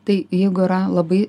tai jeigu yra labai